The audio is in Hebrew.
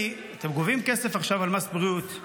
אתם גובים כסף עכשיו על מס בריאות,